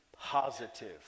positive